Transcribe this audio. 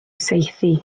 saethu